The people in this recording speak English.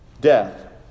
Death